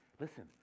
Listen